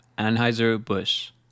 Anheuser-Busch